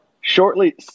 shortly